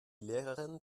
lehrerin